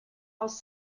aus